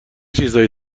چیزهایی